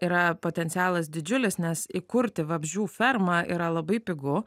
yra potencialas didžiulis nes įkurti vabzdžių fermą yra labai pigu